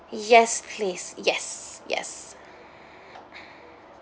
yes please yes yes